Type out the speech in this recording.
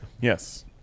Yes